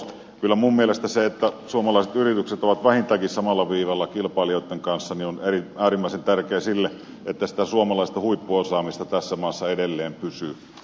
kyllä minun mielestäni se että suomalaiset yritykset ovat vähintäänkin samalla viivalla kilpailijoitten kanssa on äärimmäisen tärkeää sille että sitä suomalaista huippuosaamista tässä maassa edelleen pysyy e